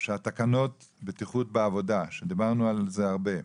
שתקנות הבטיחות בעבודה ודיברנו על זה הרבה,